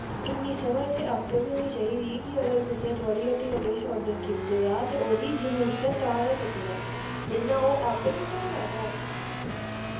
इन्नी समझ ते आपें बी होनी चाहिदी कि अगर कुसै थोआढ़ी हट्टी दा किश आर्डर कीते दा ते ओह्दी जरूरत ऐ तां गै कीते दा नेईं ना ओह् आपें निं बनाई लै घर